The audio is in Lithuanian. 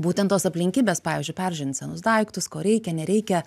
būtent tos aplinkybės pavyzdžiui peržiūrint senus daiktus ko reikia nereikia